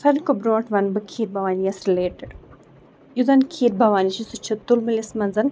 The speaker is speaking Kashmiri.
ساروے کھۄتہٕ برونٛٹھ وَنہٕ بہٕ کھیٖر بھوانی یۄس رِلیٹٕڈ یُس زَن کھیٖر بھَوانی چھُ سُہ چھُ تُلمُلِس منٛز